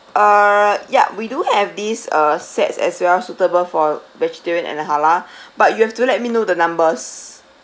uh ya we do have this uh sets as well suitable for vegetarian and halal but you have to let me know the numbers